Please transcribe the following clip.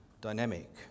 dynamic